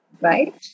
Right